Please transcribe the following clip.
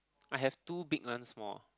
I have two big one small